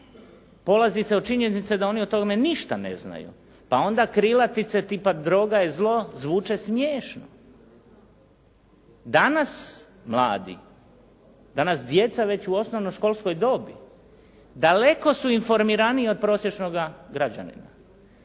Polazi se od činjenice da oni o tome ništa neznaju pa onda krilatice tipa droga je zlo, zvuče smiješno. Danas mladi, danas djeca već u osnovnoškolskoj dobi daleko su informiraniji od prosječnoga građanina.